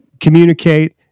communicate